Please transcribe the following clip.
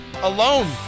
alone